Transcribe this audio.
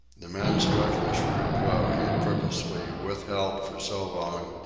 the man struck the shrewd blow he had purposely withheld for so long,